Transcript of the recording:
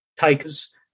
takers